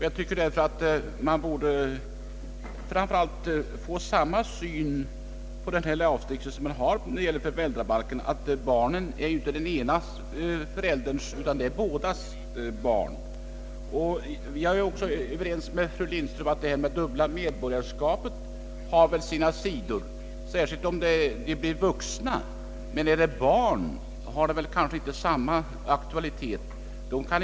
Jag tycker att man framför allt borde få samma syn i denna lagstiftning som i föräldrabalken, att barnet inte är ena förälderns utan bådas barn. Vi är också överens om att det dubbla medborgarskapet har sina sidor, Men detta gäller särskilt för vuxna och har inte samma aktualitet för barn.